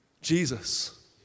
Jesus